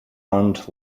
owned